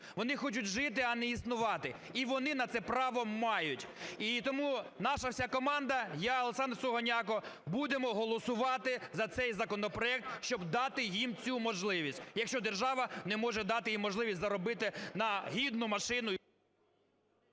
вони хочуть жити, а не існувати, і вони на це право мають. І тому наша вся команда, я, Олександр Сугоняко, будемо голосувати за цей законопроект, щоб дати їм цю можливість, якщо держава не може дати їм можливість заробити на гідну машину…